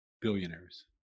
billionaires